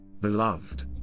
Beloved